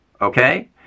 okay